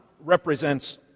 represents